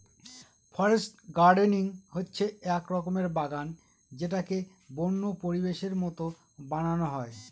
forest gardening হচ্ছে এক রকমের বাগান যেটাকে বন্য পরিবেশের মতো বানানো হয়